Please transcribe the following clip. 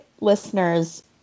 listeners